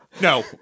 No